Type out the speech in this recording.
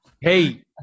Hey